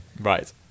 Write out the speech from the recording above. right